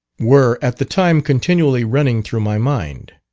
were at the time continually running through my mind.